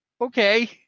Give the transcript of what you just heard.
Okay